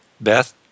Beth